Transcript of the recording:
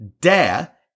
dare